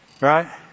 Right